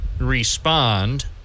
respond